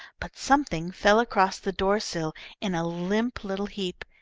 but something fell across the door-sill in a limp little heap.